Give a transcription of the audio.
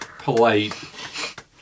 polite